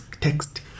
text